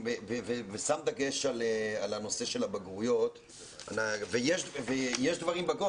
ושם דגש על הנושא של הבגרויות ויש דברים בגו,